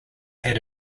had